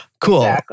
cool